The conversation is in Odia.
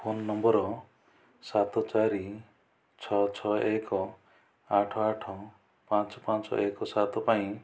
ଫୋନ ନମ୍ବର ସାତ ଚାରି ଛଅ ଛଅ ଏକ ଆଠ ଆଠ ପାଞ୍ଚ ପାଞ୍ଚ ଏକ ସାତ ପାଇଁ